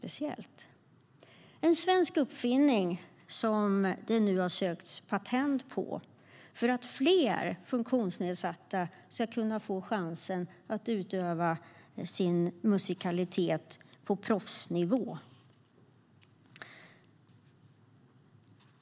Det här är en svensk uppfinning som man nu har sökt patent på för att fler funktionsnedsatta ska få chansen att utöva sin musikalitet på proffsnivå.